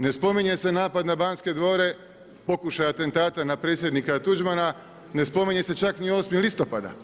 Ne spominje se napad na Banske dvore, pokušaj atentata na predsjednika Tuđmana, ne spominje se čak ni 8.10.